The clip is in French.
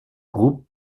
groupe